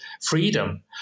freedom